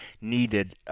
needed